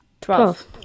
Twelve